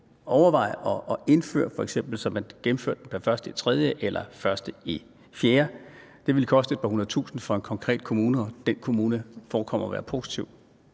overveje at indføre, så man gennemførte den f.eks. den 1. marts eller den 1. april? Det ville koste et par hundrede tusinde for en konkret kommune, og den kommune forekommer at være positiv